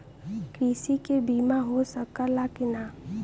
कृषि के बिमा हो सकला की ना?